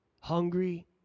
Hungry